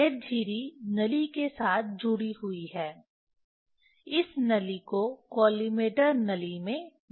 यह झिरी नली के साथ जुड़ी हुई है इस नली को कॉलिमेटर नली में डाला जाता है